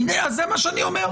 אז זה מה שאני אומר.